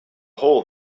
hole